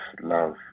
love